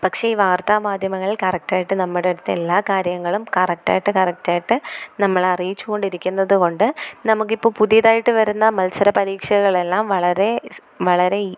പക്ഷേ ഈ വാർത്താമാധ്യമങ്ങൾ കറക്റ്റായിട്ട് നമ്മുടെ അടുത്ത് എല്ലാ കാര്യങ്ങളും കറക്റ്റായിട്ട് കറക്റ്റായിട്ട് നമ്മളെ അറിയിച്ചുകൊണ്ടിരിക്കുന്നതുകൊണ്ട് നമുക്കിപ്പോൾ പുതിയതായിട്ട് വരുന്ന മത്സരപരീക്ഷകളെല്ലാം വളരെ ഇസ് വളരെ ഈ